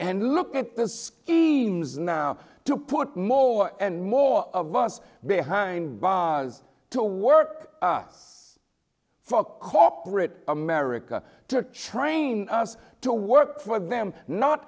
and look at the schemes now to put more and more of us behind voz to work us for corporate america to train us to work for them not